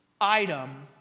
item